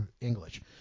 English